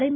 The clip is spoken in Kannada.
ಎಂ